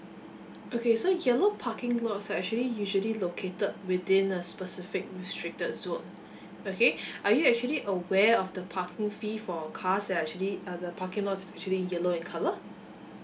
okay so yellow parking lots are actually usually located within a specific restricted zone okay are you actually aware of the parking fee for cars that are actually uh the parking lots that's actually yellow in colour